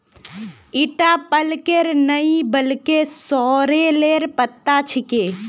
ईटा पलकेर नइ बल्कि सॉरेलेर पत्ता छिके